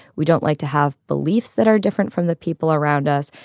we don't like to have beliefs that are different from the people around us.